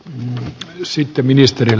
hän esitti ministeriön